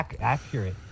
accurate